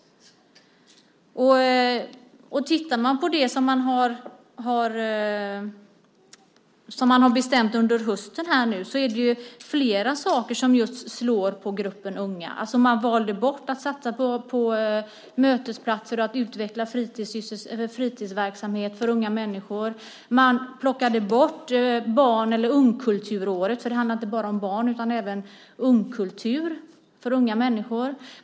Tittar vi på det som har bestämts under hösten ser vi att det är flera saker som slår just mot gruppen unga. Man valde bort att satsa på mötesplatser och att utveckla fritidsverksamhet för unga människor. Man plockade bort barn och ungkulturåret. Det handlade inte bara om barn utan även om kultur för unga människor.